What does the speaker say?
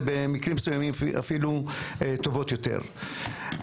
ובמקרים מסוימים אפילו טובות יותר.